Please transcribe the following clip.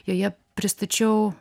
joje pristačiau